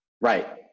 Right